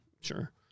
Sure